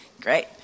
Great